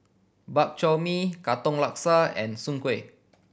Bak Chor Mee Katong Laksa and Soon Kueh